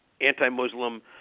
anti-Muslim